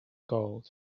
gold